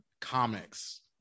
comics